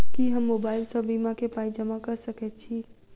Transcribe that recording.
की हम मोबाइल सअ बीमा केँ पाई जमा कऽ सकैत छी?